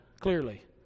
clearly